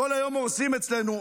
כל היום הורסים אצלנו.